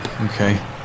Okay